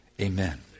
Amen